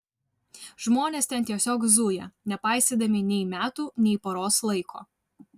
žmonės ten tiesiog zuja nepaisydami nei metų nei paros laiko